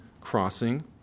crossing